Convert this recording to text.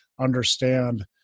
understand